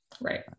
Right